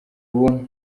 ubu